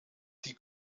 die